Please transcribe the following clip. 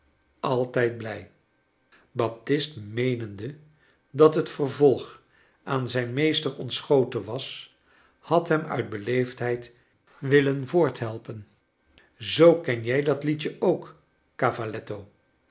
altijd blij baptist meenende dat het vervolg aan zijn meester ontschoten was had hem uit beleefdheid willen voorthelpen zoo ken jij dat liedje ook cavaletto